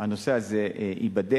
הנושא הזה ייבדק,